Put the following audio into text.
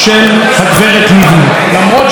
ההצעה הייתה נדיבה מאוד.